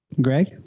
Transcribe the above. Greg